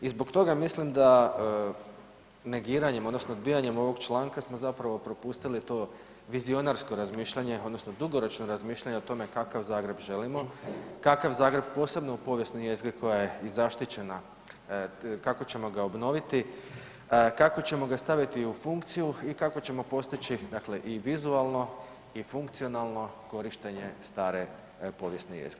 I zbog toga mislim da negiranjem odnosno odbijanjem ovog članka smo zapravo propustili to vizionarsko razmišljanje odnosno dugoročno razmišljanje o tome kakav Zagreb želimo, kakav Zagreb posebno u povijesnoj jezgri koja je i zaštićena kako ćemo ga obnoviti, kako ćemo ga staviti u funkciju i kako ćemo postići dakle i vizualno i funkcionalno korištenje stare povijesne jezgre.